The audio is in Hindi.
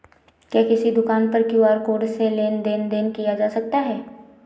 क्या किसी दुकान पर क्यू.आर कोड से लेन देन देन किया जा सकता है?